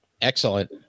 Excellent